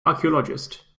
archaeologist